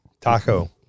Taco